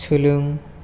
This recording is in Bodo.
सोलों